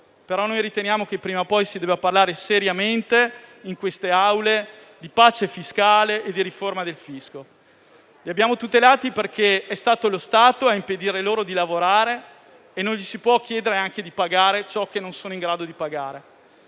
caso riteniamo che prima o poi si dovrà parlare seriamente in queste Aule di pace fiscale e di riforma del fisco). Li abbiamo tutelati perché è stato lo Stato a impedire loro di lavorare e ora non può chiedere loro anche di pagare ciò che non sono in grado di pagare.